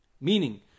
meaning